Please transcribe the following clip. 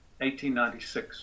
1896